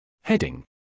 Heading